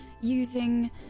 using